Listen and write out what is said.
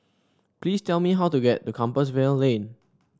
please tell me how to get to Compassvale Lane